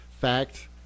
fact